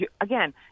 again